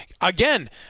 again